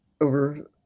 over